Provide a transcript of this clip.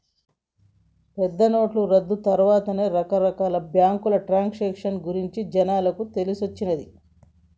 పెద్దనోట్ల రద్దు తర్వాతే రకరకాల బ్యేంకు ట్రాన్సాక్షన్ గురించి జనాలకు తెలిసొచ్చిన్నాది